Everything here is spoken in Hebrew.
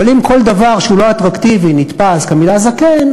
אבל אם כל דבר שהוא לא אטרקטיבי נתפס כמילה זקן,